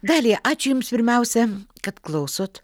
dalija ačiū jums pirmiausia kad klausot